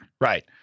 Right